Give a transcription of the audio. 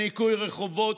בראשי ארגונים,